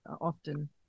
often